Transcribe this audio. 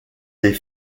des